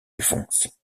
alphonse